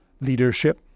leadership